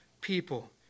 people